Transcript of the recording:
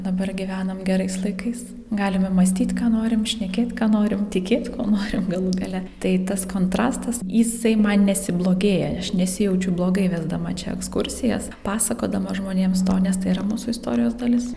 dabar gyvenam gerais laikais galime mąstyt ką norim šnekėt ką norim tikėt kuo norim galų gale tai tas kontrastas jisai man nesi blogėja aš nesijaučiu blogai vesdama čia ekskursijas pasakodama žmonėms to nes tai yra mūsų istorijos dalis